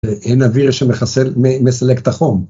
אין אוויר שמחסל, מסלק את החום.